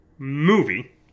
movie